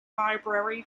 library